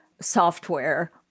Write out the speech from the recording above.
software